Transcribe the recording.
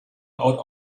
out